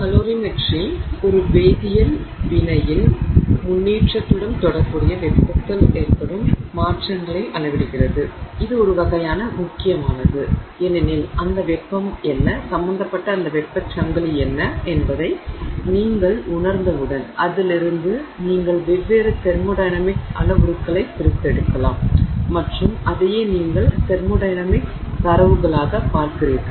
எனவே கலோரிமெட்ரி ஒரு வேதியியல் வினையின் முன்னேற்றத்துடன் தொடர்புடைய வெப்பத்தில் ஏற்படும் மாற்றங்களை அளவிடுகிறது இது ஒரு வகையான முக்கியமானது ஏனெனில் அந்த வெப்பம் என்ன சம்பந்தப்பட்ட அந்த வெப்பச் சங்கிலி என்ன என்பதை நீங்கள் உணர்ந்தவுடன் அதிலிருந்து நீங்கள் வெவ்வேறு தெர்மோடையனமிக்ஸ் அளவுருக்களை பிரித்தெடுக்கலாம் மற்றும் அதையே நீங்கள் தெர்மோடையனமிக்ஸ் தரவுகளாக பார்க்கிறீர்கள்